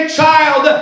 child